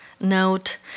Note